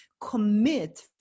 commit